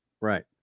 Right